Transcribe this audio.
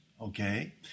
Okay